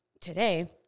today